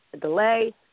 delay